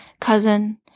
Cousin